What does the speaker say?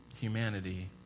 humanity